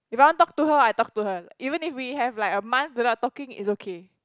if I want to talk to her I talk to her even if we have like a month without talking it's okay